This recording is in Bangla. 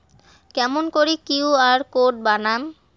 কেমন করি কিউ.আর কোড বানাম?